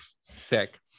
sick